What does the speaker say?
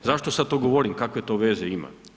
Zašto sad to govorim, kakve to veze ima?